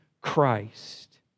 christ